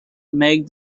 make